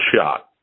shot